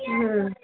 হুম